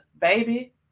baby